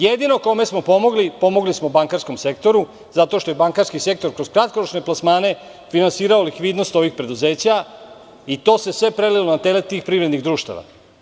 Jedino kome smo pomogli, pomogli smo bankarskom sektoru, zato što je bankarski sektor kroz kratkoročne plasmane finansirao likvidnost ovih preduzeća i to se sve prelilo na teret tih privrednih društava.